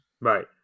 Right